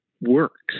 works